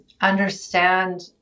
understand